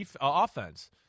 offense